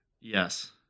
yes